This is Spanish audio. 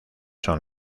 son